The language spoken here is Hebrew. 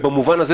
במובן הזה,